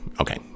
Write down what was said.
Okay